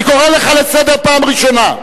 אני קורא לך לסדר פעם ראשונה.